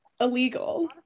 Illegal